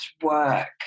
work